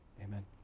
Amen